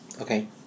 Okay